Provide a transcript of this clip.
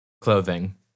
clothing